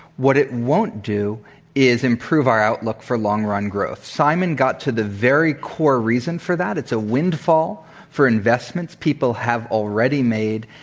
what it won't do is improve our outlook for long-run growth. simon got to the very core reason for that. it's a windfall for investments people have already made.